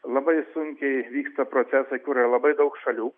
labai sunkiai vyksta procesai kur yra labai daug šalių